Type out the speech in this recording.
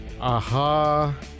AHA